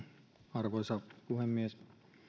arvoisa puhemies